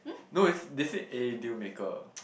no is they say eh deal maker